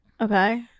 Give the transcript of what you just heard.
Okay